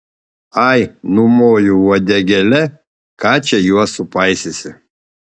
ai numoju uodegėle ką čia juos supaisysi